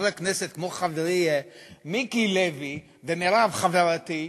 חברי כנסת כמו חברי מיקי לוי ומירב חברתי,